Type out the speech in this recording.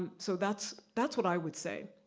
so that's that's what i would say.